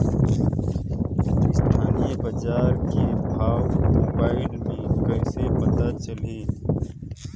स्थानीय बजार के भाव मोबाइल मे कइसे पता चलही?